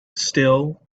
still